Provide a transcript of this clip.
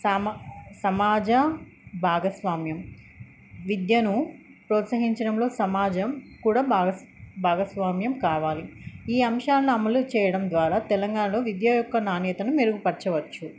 సమ సమాజ భాగస్వామ్యం విద్యను ప్రోత్సహించడంలో సమాజం కూడా భాగస్వామ్యం కావాలి ఈ అంశాలను అమలు చేయడం ద్వారా తెలంగాణలో విద్య యొక్క నాణ్యతను మెరుగుపరచవచ్చు